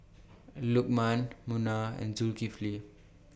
Lukman Munah and Zulkifli